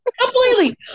completely